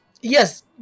Yes